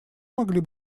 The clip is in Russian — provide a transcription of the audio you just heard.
могли